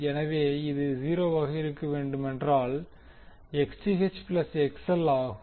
எனவே எது 0 வாக இருக்க முடியுமென்றால் Xth ப்ளஸ் XL ஆகும்